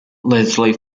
lesley